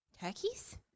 Turkeys